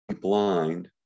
blind